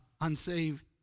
unsaved